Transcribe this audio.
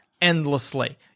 Endlessly